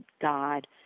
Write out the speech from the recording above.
God